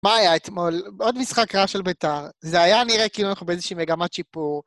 מה היה אתמול? עוד משחק רע של בית״ר. זה היה נראה כאילו אנחנו באיזושהי מגמת שיפור.